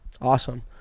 Awesome